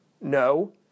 No